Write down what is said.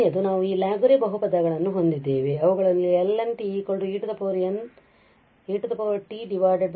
t ಕೊನೆಯದು ನಾವು Laguerre ಬಹುಪದಗಳನ್ನು ಹೊಂದಿದ್ದೇವೆ ಅವುಗಳನ್ನು Ln e t n